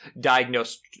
diagnosed